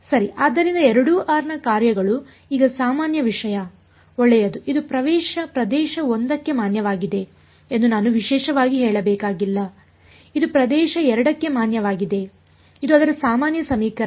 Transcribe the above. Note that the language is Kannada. ಆದ್ದರಿಂದ ಎರಡೂ r ನ ಕಾರ್ಯಗಳು ಈಗ ಸಾಮಾನ್ಯ ವಿಷಯ ಒಳ್ಳೆಯದು ಇದು ಪ್ರದೇಶ 1ಕ್ಕೆ ಮಾನ್ಯವಾಗಿದೆ ಎಂದು ನಾನು ವಿಶೇಷವಾಗಿ ಹೇಳಬೇಕಾಗಿಲ್ಲ ಇದು ಪ್ರದೇಶ 2 ಕ್ಕೆ ಮಾನ್ಯವಾಗಿದೆ ಇದು ಅದರ ಸಾಮಾನ್ಯ ಸಮೀಕರಣ